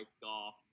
golf